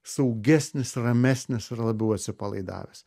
saugesnis ramesnis ir labiau atsipalaidavęs